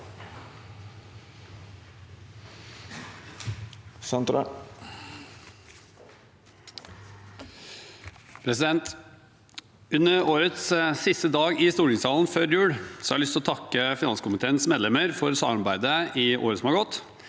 for saken): Under årets siste dag i stortingssalen før jul har jeg lyst til å takke finanskomiteens medlemmer for samarbeidet i året som har gått.